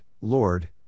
Lord